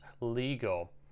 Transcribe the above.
legal